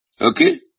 Okay